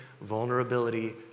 vulnerability